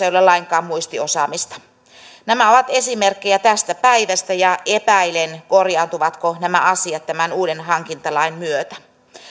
ei ole lainkaan muistiosaamista nämä ovat esimerkkejä tästä päivästä ja epäilen korjautuvatko nämä asiat tämän uuden hankintalain myötä